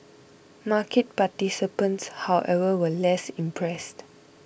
market participants however were less impressed